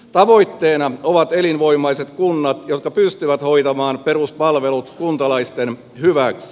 tavoitteena ovat elinvoimaiset kunnat jotka pystyvät hoitamaan peruspalvelut kuntalaisten hyväksi